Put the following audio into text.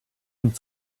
und